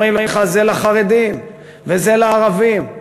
אומרים לך: זה לחרדים וזה לערבים,